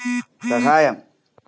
സഹായം